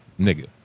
nigga